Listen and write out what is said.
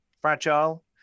Fragile